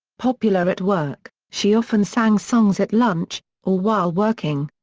popular at work, she often sang songs at lunch, or while working.